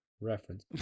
reference